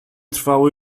trwało